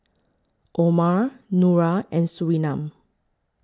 Omar Nura and Surinam